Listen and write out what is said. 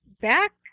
back